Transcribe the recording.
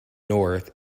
north